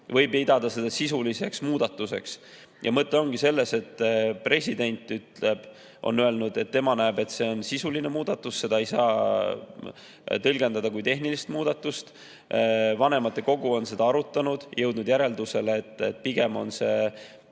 pidada seda sisuliseks muudatuseks? Mõte ongi selles, et president on öelnud, et tema näeb, et see on sisuline muudatus, seda ei saa tõlgendada kui tehnilist muudatust. Vanematekogu on seda arutanud ja jõudnud järeldusele, et pigem on see